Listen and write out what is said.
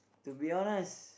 to be honest